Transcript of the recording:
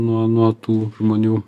nuo nuo tų žmonių